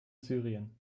syrien